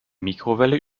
mikrowelle